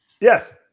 Yes